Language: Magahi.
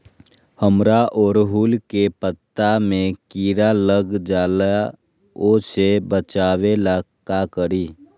हमरा ओरहुल के पत्ता में किरा लग जाला वो से बचाबे ला का करी?